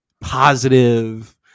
positive